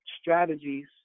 strategies